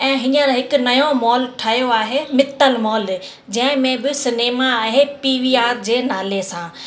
ऐं हींअर हिकु नओं मॉल ठहियो आहे मित्तल मॉल जंहिं में बि सिनेमा आहे पी वी आर जे नाले सां